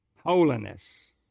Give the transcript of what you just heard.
Holiness